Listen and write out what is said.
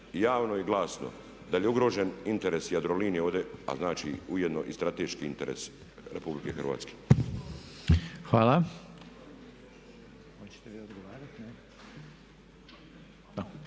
javno i glasno da li je ugrožen interes Jadrolinije ovdje a znači ujedno i strateški interes RH.